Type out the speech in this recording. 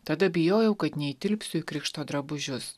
tada bijojau kad neįtilpsiu į krikšto drabužius